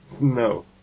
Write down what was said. No